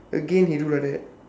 again he do like that